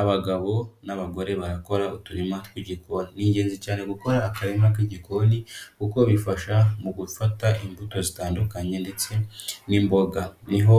Abagabo n'abagore barakora uturima tw'igikoni. Ni ingenzi cyane gukora akarima k'igikoni kuko bifasha mu gufata imbuto zitandukanye ndetse n'imboga. Ni ho